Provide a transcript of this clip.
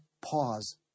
pause